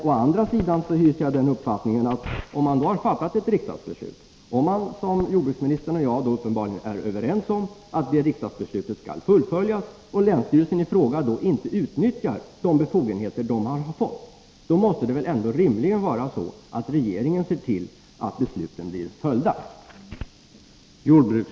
Å andra sidan hyser jag den uppfattningen att om riksdagen har fattat ett beslut, som jordbruksministern och jag tydligen är överens om skall fullföljas, och länsstyrelsen i fråga inte utnyttjar de befogenheter den har fått, måste väl rimligen regeringen se till att beslutet följs.